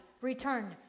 return